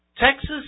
Texas